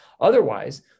Otherwise